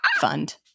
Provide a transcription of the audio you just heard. Fund